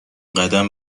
قدم